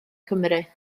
cymru